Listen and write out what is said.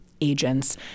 agents